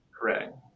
Correct